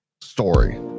story